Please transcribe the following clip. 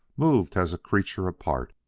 moved as a creature apart,